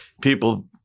People